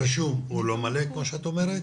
הרישום הוא לא מלא כפי שאת אומרת,